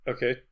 Okay